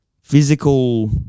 physical